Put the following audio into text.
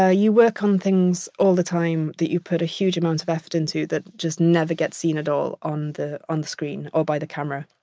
ah you work on things all the time that you put a huge amount of effort into that just never gets seen at all on the on the screen or by the camera.